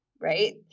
right